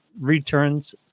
returns